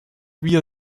wir